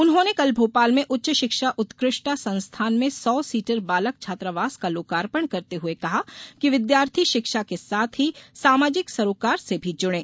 उन्होंने कल भोपाल में उच्च शिक्षा उत्कृष्टता संस्थान में सौ सीटर बालक छात्रावास का लोकार्पण करते हुए कहा कि विद्यार्थी शिक्षा के साथ ही सामाजिक सरोकार से भी जुड़े